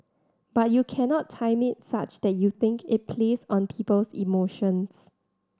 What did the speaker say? but you cannot time it such that you think it plays on people's emotions